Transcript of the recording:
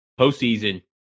postseason